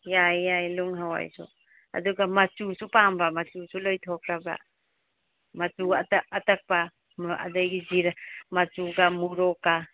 ꯌꯥꯏ ꯌꯥꯏ ꯅꯨꯡ ꯍꯋꯥꯏꯁꯨ ꯑꯗꯨꯒ ꯃꯆꯨꯁꯨ ꯄꯥꯝꯕ ꯃꯆꯨꯁꯨ ꯂꯣꯏꯊꯣꯛꯈ꯭ꯔꯕ ꯃꯆꯨ ꯑꯇꯛꯄ ꯑꯗꯒꯤ ꯖꯤꯔꯥ ꯃꯆꯨꯒ ꯃꯣꯔꯣꯛꯀ